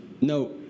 no